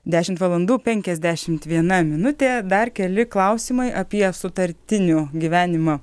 dešimt valandų penkiasdešimt viena minutė dar keli klausimai apie sutartinių gyvenimą